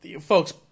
folks